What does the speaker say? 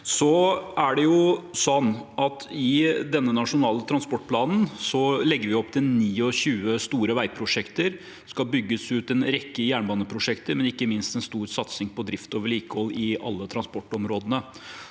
I denne nasjonale transportplanen legger vi opp til 29 store veiprosjekter. Det skal bygges ut en rekke jernbaneprosjekter, men ikke minst er det en stor satsing på drift og vedlikehold i alle transportområdene.